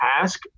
task